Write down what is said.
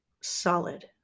solid